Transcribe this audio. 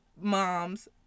moms